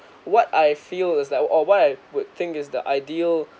what I feel is like or or what I would think is the ideal